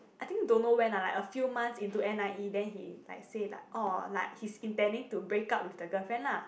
I think don't know when ah like a few months into n_i_e then he like say like orh like he's intending to break up with the girlfriend lah